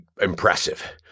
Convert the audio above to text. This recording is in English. impressive